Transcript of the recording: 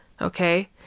Okay